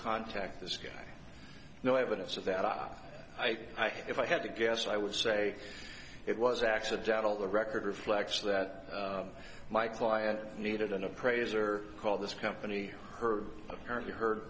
contact this guy no evidence of that ah i if i had to guess i would say it was accidental the record reflects that my client needed an appraiser call this company her apparently h